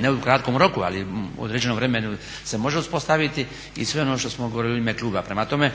ne u kratkom roku, ali u određenom vremenu se može uspostaviti i sve ono što smo govorili u ime kluba. Prema tome,